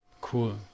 Cool